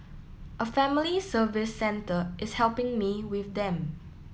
a family service centre is helping me with them